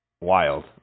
wild